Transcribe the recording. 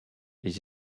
les